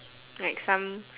like some